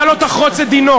אתה לא תחרוץ את דינו.